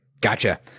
Gotcha